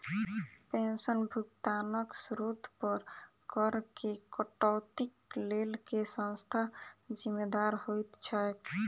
पेंशनक भुगतानक स्त्रोत पर करऽ केँ कटौतीक लेल केँ संस्था जिम्मेदार होइत छैक?